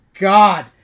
God